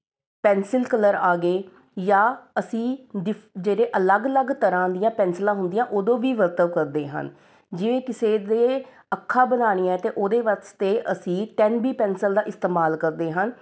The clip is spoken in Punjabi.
ਪੈੱਨਸਿਲ ਕਲਰ ਆ ਗਏ ਜਾਂ ਅਸੀਂ ਡਿਫ ਜਿਹੜੇ ਅਲੱਗ ਅਲੱਗ ਤਰ੍ਹਾਂ ਦੀਆਂ ਪੈੱਨਸਿਲਾਂ ਹੁੰਦੀਆਂ ਉਦੋਂ ਵੀ ਵਰਤੋਂ ਕਰਦੇ ਹਨ ਜਿਵੇਂ ਕਿਸੇ ਦੇ ਅੱਖਾਂ ਬਣਾਉਣੀਆਂ ਅਤੇ ਉਹਦੇ ਵਾਸਤੇ ਅਸੀਂ ਟੈਨ ਬੀ ਪੈੱਨਸਿਲ ਦਾ ਇਸਤੇਮਾਲ ਕਰਦੇ ਹਨ